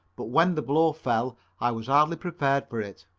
but when the blow fell i was hardly prepared for it.